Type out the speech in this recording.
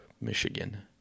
Michigan